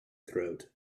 throat